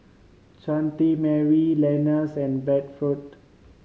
Mary Lenas and Bradford